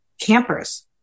campers